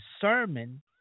sermon